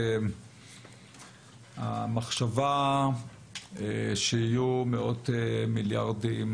המחשבה שיהיו הכנסות של מאות מיליארדים